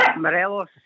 Morelos